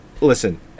Listen